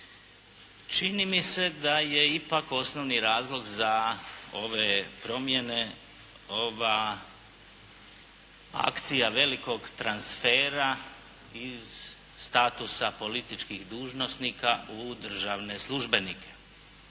Čini mi se da je ipak osnovni razlog za ove promjene ova akcija velikog transfera iz statusa političkih dužnosnika u državne službenike.